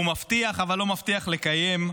הוא מבטיח אבל לא מבטיח לקיים,